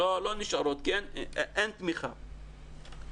לא נשארות כי אין תמיכה.